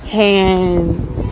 hands